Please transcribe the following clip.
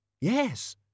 Yes